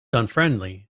unfriendly